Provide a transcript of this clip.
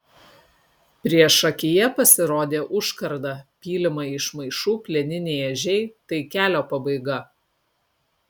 priešakyje pasirodė užkarda pylimai iš maišų plieniniai ežiai tai kelio pabaiga